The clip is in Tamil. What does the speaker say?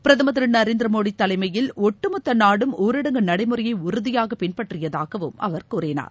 பிரதமர் திரு நரேந்திர மோடி தலைமயில் ஒட்டுமொத்த நாடும் ஊரடங்கு நடைமுறையை உறுதியாக பின்பற்றியதாகவும் அவர் கூறினார்